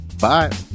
Bye